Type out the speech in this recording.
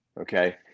Okay